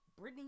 Britney